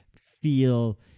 feel